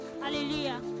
Hallelujah